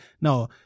no